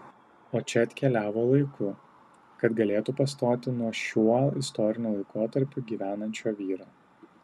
o čia atkeliavo laiku kad galėtų pastoti nuo šiuo istoriniu laikotarpiu gyvenančio vyro